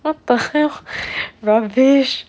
what the hell rubbish